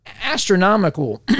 astronomical